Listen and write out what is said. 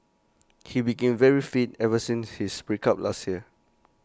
he became very fit ever since his break up last year